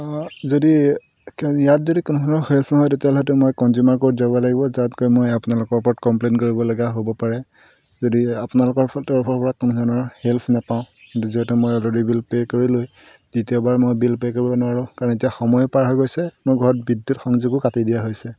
যদি যদি কোনোধৰণৰ হেল্প নহয় তেতিয়াহ'লেতো মই কনজিউমাৰ ক'ৰ্ট যাব লাগিব য'ত গৈ মই আপোনালোকৰ ওপৰত কমপ্লেইন কৰিব লগা হ'ব পাৰে যদি আপোনালোকৰ তৰফৰপৰা কোনো ধৰণৰ হেল্প নাপাওঁ যিহেতু মই অলৰেডি বিল পে' কৰিলোঁৱেই দ্বিতীয়বাৰ মই বিল পে' কৰিব নোৱাৰোঁ কাৰণ এতিয়া সময়ো পাৰ হৈ গৈছে মোৰ ঘৰত বিদ্যুৎ সংযোগো কাটি দিয়া হৈছে